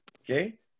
Okay